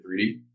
3D